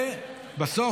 ובסוף,